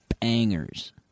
bangers